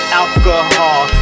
alcohol